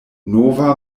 nova